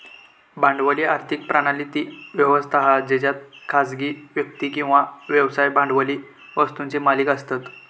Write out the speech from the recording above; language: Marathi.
भांडवली आर्थिक प्रणाली ती व्यवस्था हा जेच्यात खासगी व्यक्ती किंवा व्यवसाय भांडवली वस्तुंचे मालिक असतत